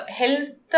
health